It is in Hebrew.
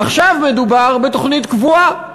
עכשיו מדובר בתוכנית קבועה.